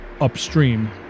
upstream